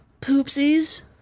Poopsies